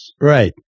Right